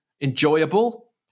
enjoyable